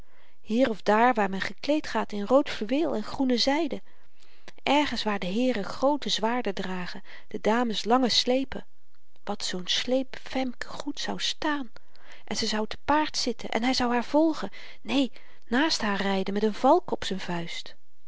stad tenminste hier of daar waar men gekleed gaat in rood fluweel en groene zyde ergens waar de heeren groote zwaarden dragen de dames lange sleepen wat zoo'n sleep femke goed zou staan en ze zou te paard zitten en hy zou haar volgen neen naast haar ryden met n valk op z'n vuist